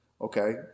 okay